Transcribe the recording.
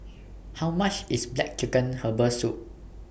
How much IS Black Chicken Herbal Soup